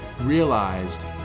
realized